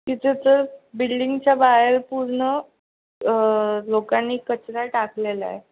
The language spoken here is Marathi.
तिथं तर बिल्डिंगच्या बाहेर पूर्ण लोकांनी कचरा टाकलेला आहे